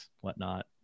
whatnot